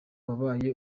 wabaye